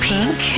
Pink